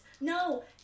No